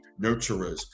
nurturers